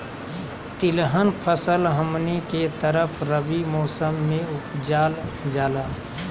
तिलहन फसल हमनी के तरफ रबी मौसम में उपजाल जाला